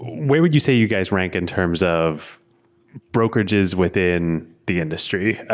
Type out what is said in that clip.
where would you say you guys ranked in terms of brokerages within the industry?